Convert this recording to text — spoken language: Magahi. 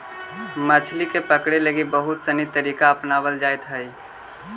मछली के पकड़े लगी बहुत सनी तरीका अपनावल जाइत हइ